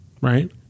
right